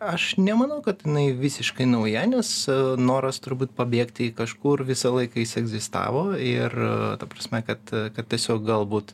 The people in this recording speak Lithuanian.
aš nemanau kad jinai visiškai nauja nes noras turbūt pabėgti į kažkur visą laiką jis egzistavo ir ta prasme kad kad tiesiog galbūt